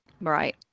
Right